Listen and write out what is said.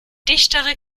dichtere